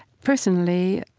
personally,